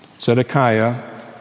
Zedekiah